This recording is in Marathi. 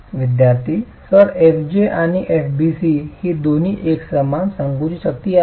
विद्यार्थीः सर fj आणि fbc ही दोन्ही एकसमान संकुचित शक्ती आहेत